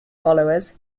followers